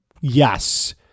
Yes